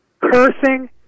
cursing